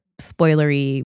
spoilery